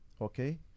okay